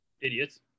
Idiots